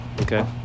Okay